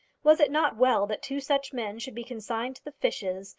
was it not well that two such men should be consigned to the fishes,